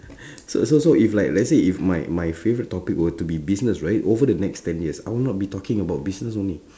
so so so if like let's say if my my favourite topic were to be business right over the next ten years I would not be talking about business only